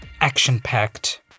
action-packed